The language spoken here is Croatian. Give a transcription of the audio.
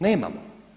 Nemamo!